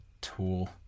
tool